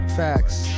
facts